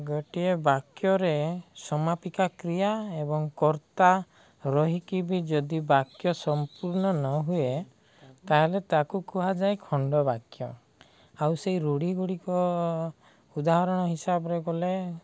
ଗୋଟିଏ ବାକ୍ୟରେ ସମାପିକା କ୍ରିୟା ଏବଂ କର୍ତ୍ତା ରହିକି ବି ଯଦି ବାକ୍ୟ ସମ୍ପୂର୍ଣ୍ଣ ନ ହୁଏ ତା'ହେଲେ ତାକୁ କୁହାଯାଏ ଖଣ୍ଡବାକ୍ୟ ଆଉ ସେଇ ରୂଢ଼ି ଗୁଡ଼ିକ ଉଦାହରଣ ହିସାବରେ ଗଲେ